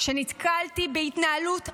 שנתקלתי בהן בהתנהלות מזעזעת,